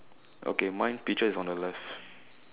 okay mine peaches is on the left